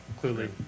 clearly